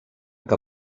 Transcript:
que